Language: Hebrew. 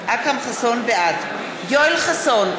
בעד יואל חסון,